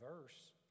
verse